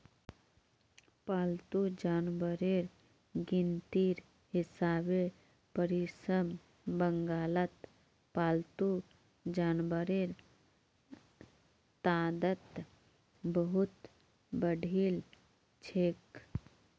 पालतू जानवरेर गिनतीर हिसाबे पश्चिम बंगालत पालतू जानवरेर तादाद बहुत बढ़िलछेक